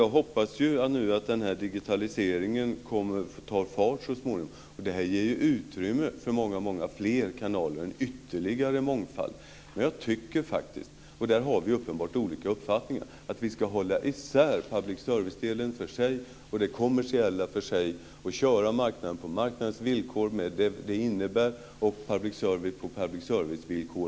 Jag hoppas att digitaliseringen så småningom kommer att ta fart. Det ger utrymme för många fler kanaler, en ytterligare mångfald. Jag tycker faktiskt - och där har vi uppenbarligen olika uppfattningar - att vi ska hålla isär public service-delen och det kommersiella och vi ska köra marknaden på marknadens villkor med vad det innebär och public service på public service-villkor.